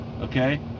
okay